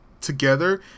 together